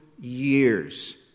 years